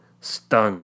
stunned